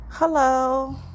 Hello